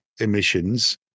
emissions